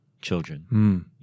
children